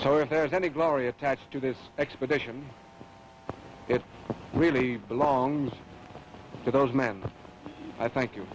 so if there's any glory attached to this expedition it really belongs to those men i thank you